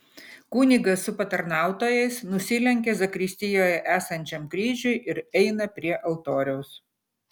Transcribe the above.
kunigas su patarnautojais nusilenkia zakristijoje esančiam kryžiui ir eina prie altoriaus